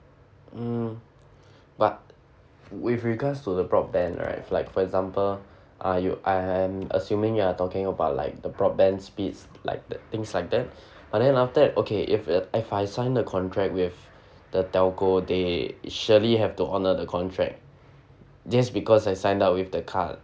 mm but with regards to the broadband right like for example ah you I am assuming you are talking about like the broadband speeds like the things like that but then after that okay if it if I sign the contract with the telco they surely have to honour the contract just because I signed up with the card